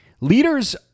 leaders